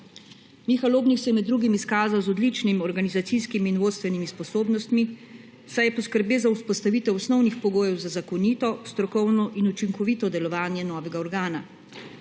Miha Lobnik se je med drugim izkazal z odličnimi organizacijskimi in vodstvenimi sposobnostmi, saj je poskrbel za vzpostavitev osnovnih pogojev za zakonito, strokovno in učinkovito delovanje novega organa.